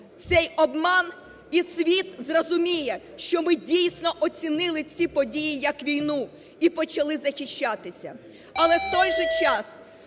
цей обман і світ зрозуміє, що ми дійсно оцінили ці події як війну і почали захищатися. Але у той же час